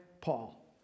Paul